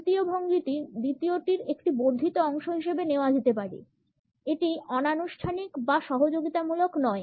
তৃতীয় ভঙ্গিটি দ্বিতীয়টির একটি বর্ধিত অংশ হিসাবে নেওয়া যেতে পারে এটা অনানুষ্ঠানিক বা সহযোগিতামূলক নয়